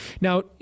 Now